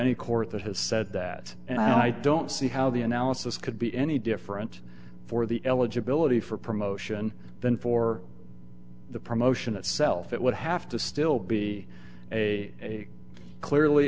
any court that has said that and i don't see how the analysis could be any different for the eligibility for promotion than for the promotion itself it would have to still be a clearly